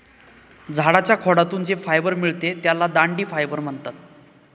झाडाच्या खोडातून जे फायबर मिळते त्याला दांडी फायबर म्हणतात